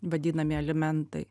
vadinami alimentai